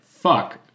Fuck